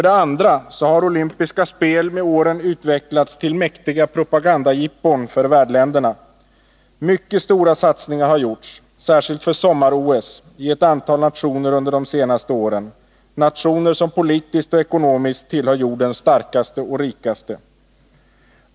Dessutom har olympiska spel med åren utvecklats till mäktiga propagandajippon för värdländerna. Mycket stora satsningar har under de senaste åren gjorts särskilt för sommar-OS i ett antal nationer, nationer som politiskt och ekonomiskt tillhör jordens starkaste och rikaste.